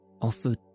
offered